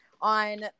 on